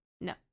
No